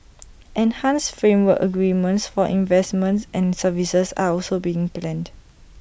enhanced framework agreements for investments and services are also being planned